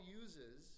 uses